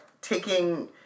taking